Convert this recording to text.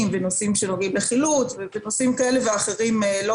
ונושאים שנוגעים לחילוץ ועוד נושאים לא מעטים.